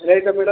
ಬಿಡು